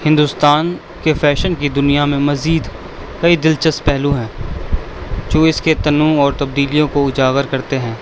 ہندوستان کے فیشن کی دنیا میں مزید کئی دلچسپ پہلو ہیں جو اس کے تنوع اور تبدیلیوں کو اجاگر کرتے ہیں